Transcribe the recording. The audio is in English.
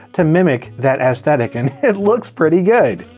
to mimic that aesthetic, and it looks pretty good!